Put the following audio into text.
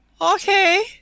okay